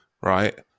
right